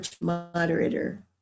moderator